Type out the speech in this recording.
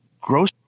gross